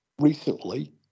recently